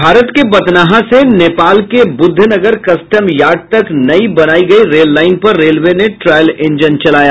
भारत के बथनाहा से नेपाल के बुद्धनगर कस्टम यार्ड तक नई बनायी गयी रेल लाइन पर रेलवे ने ट्रायल इंजन चलाया